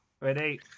Ready